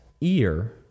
ear